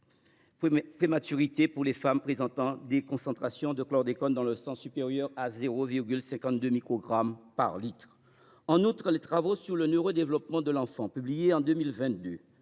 est accru pour les femmes présentant des concentrations de chlordécone dans le sang supérieures à 0,52 microgramme par litre. En outre, des travaux sur le neurodéveloppement de l’enfant, publiés en 2022,